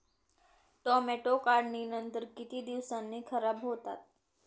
Tomato काढणीनंतर किती दिवसांनी खराब होतात?